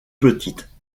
petite